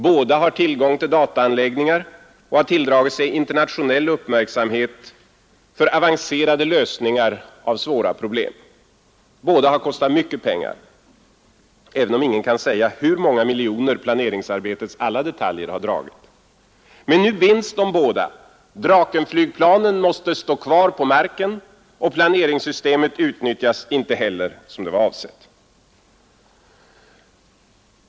Båda har tillgång till dataanläggningar och har tilldragit sig internationell uppmärksamhet för avancerade lösningar på svåra problem, Båda har kostat mycket pengar, även om ingen kan säga hur många miljoner planeringsarbetets alla detaljer dragit. Men nu binds de båda. Drakenflygplanen måste stå kvar på marken, och planeringssystemet utnyttjas inte heller som det är avsett.